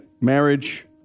marriage